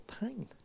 pain